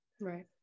Right